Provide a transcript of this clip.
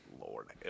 Lord